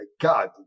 God